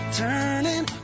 turning